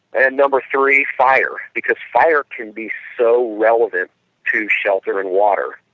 and number three, fire because fire can be so relevant to shelter and water.